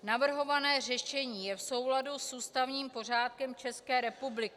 Navrhované řešení je v souladu s ústavním pořádkem České republiky.